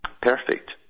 perfect